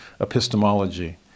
epistemology